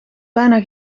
bijna